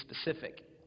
specific